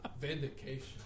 vindication